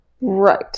Right